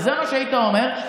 זה מה שהיית אומר.